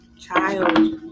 child